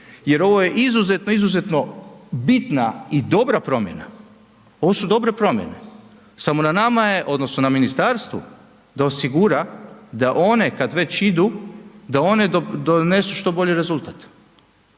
jer ovo je izuzetno, izuzetno bitna i dobra promjena, ovo su dobre promjene, samo na nama je odnosno na ministarstvu da osigura da one kad već idu, da one donesu što bolji rezultat.